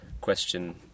question